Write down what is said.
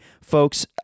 folks